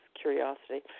curiosity